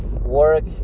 work